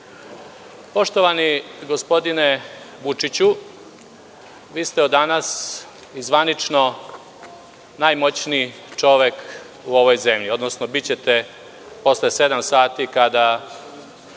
Vlade. Poštovani gospodine Vučiću, vi ste od danas i zvanično najmoćniji čovek u ovoj zemlji, odnosno bićete posle 19,00 sati kada